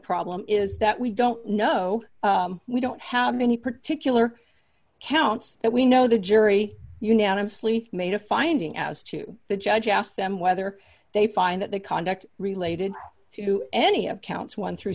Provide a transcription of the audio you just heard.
problem is that we don't know we don't have any particular counts that we know the jury unanimously made a finding as to the judge asked them whether they find that the conduct related to any of counts one through